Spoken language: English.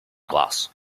glass